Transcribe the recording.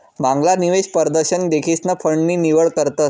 मांगला निवेश परदशन देखीसन फंड नी निवड करतस